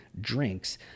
drinks